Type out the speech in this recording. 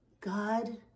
God